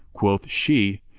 quoth she,